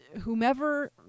whomever